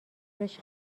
شرش